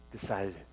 decided